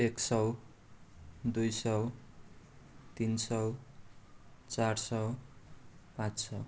एक सौ दुई सौ तिन सौ चार सौ पाँच सौ